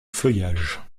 feuillages